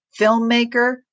filmmaker